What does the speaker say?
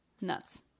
nuts